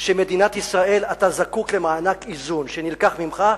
שבמדינת ישראל אתה זקוק למענק איזון שנלקח ממך,